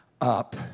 up